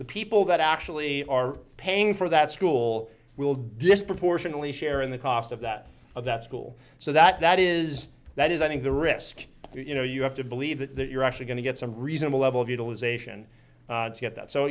the people that actually are paying for that school will disproportionately share in the cost of that of that school so that that is that is i think the risk you know you have to believe that you're actually going to get some reasonable level of utilization